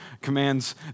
commands